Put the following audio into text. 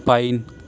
pine